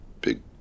big